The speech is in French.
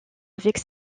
avec